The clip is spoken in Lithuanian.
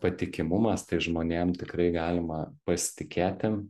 patikimumas tai žmonėm tikrai galima pasitikėti